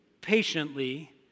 patiently